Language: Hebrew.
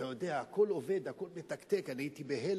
אתה יודע, הכול עובד, הכול מתקתק, אני הייתי בהלם.